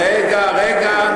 רגע, רגע.